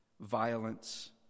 violence